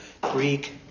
Greek